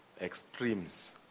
extremes